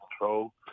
control